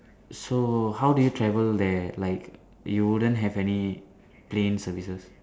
so how do you travel there like you wouldn't have any plane services